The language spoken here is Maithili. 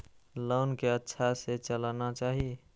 लोन के अच्छा से चलाना चाहि?